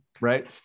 right